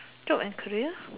job and career